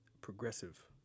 Progressive